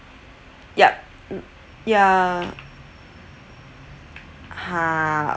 yup mm ya ha